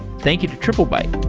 thank you to triplebyte